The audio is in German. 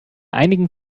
einigen